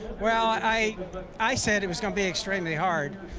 well, i i said it would be extremely hard.